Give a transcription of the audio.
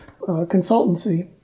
consultancy